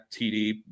TD